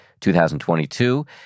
2022